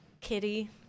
Kitty